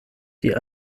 die